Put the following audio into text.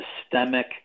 systemic